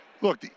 Look